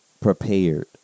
prepared